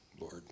Lord